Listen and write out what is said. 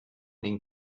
den